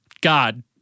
God